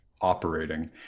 operating